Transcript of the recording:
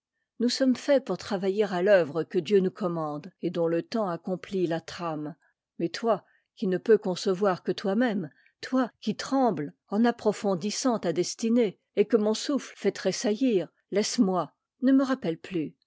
nous sommes faits pour tra vailler à l'œuvre que dieu nous commande et dont le temps accomplit la trame mais toi qui ne peux concevoir que toi-même toi qui trem mes en approfondissant ta destinée et que mon souffle fait tressaillir laisse-moi ne me rappelle plus